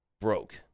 broke